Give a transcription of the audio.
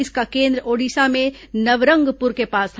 इसका केन्द्र ओडिशा में नबरंगपुर के पास था